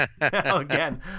Again